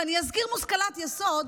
ואני אזכיר מושכלת יסוד: